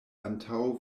antaŭ